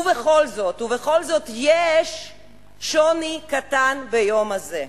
ובכל זאת, ובכל זאת יש שוני קטן ביום הזה,